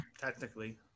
Technically